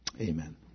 Amen